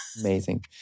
Amazing